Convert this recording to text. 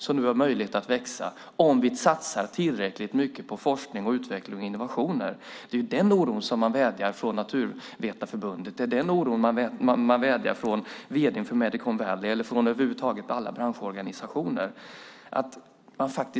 De har nu möjlighet att växa om vi satsar tillräckligt mycket på forskning, utveckling och innovationer. Det är den oron som Naturvetareförbundet och vd:n för Medicon Valley vädrar - över huvud taget från alla branschorganisationer.